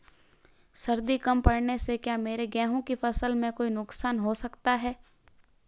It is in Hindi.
सर्दी कम पड़ने से क्या मेरे गेहूँ की फसल में कोई नुकसान हो सकता है?